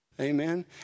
amen